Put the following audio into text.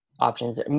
Options